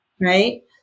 Right